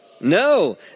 No